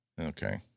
Okay